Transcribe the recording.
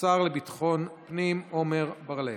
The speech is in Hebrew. השר לביטחון פנים עמר בר לב.